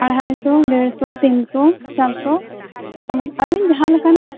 ᱟᱲᱦᱟᱭᱥᱚ ᱰᱮᱲᱥᱚ ᱛᱤᱱᱥᱚ ᱪᱟᱨᱥᱚ ᱟᱵᱤᱱ ᱡᱟᱦᱟᱸ ᱞᱮᱠᱟᱱᱟᱜ